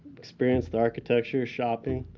experience the architecture, shopping.